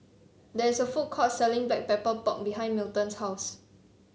there is a food court selling Black Pepper Pork behind Milton's house